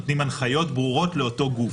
נותנים הנחיות ברורות לאותו גוף.